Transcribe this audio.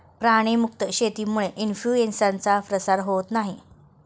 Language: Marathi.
प्राणी मुक्त शेतीमुळे इन्फ्लूएन्झाचा प्रसार होत नाही